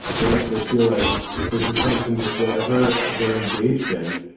you know they feel like there's a sense in which whatever they're engaged in,